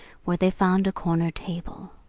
where they found a corner table.